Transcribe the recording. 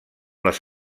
les